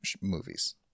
movies